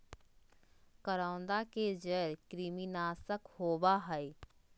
करौंदा के जड़ कृमिनाशक होबा हइ